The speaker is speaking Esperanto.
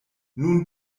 nun